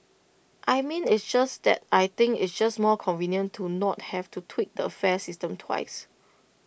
I mean it's just that I think it's just more convenient to not have to tweak the fare system twice